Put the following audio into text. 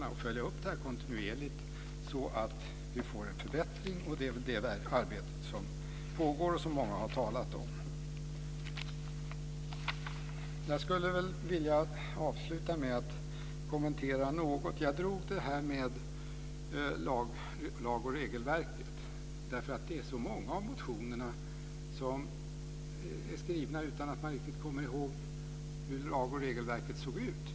Man måste följa upp detta kontinuerligt så att vi får en förbättring. Det arbetet pågår, och många har talat om det. Jag tog upp detta med lagar och regelverk. Det är så många av motionerna som är skrivna utan att man riktigt kommer ihåg hur lagar och regelverk ser ut.